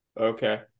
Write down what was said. Okay